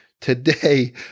Today